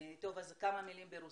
כמה מילים ברוסית,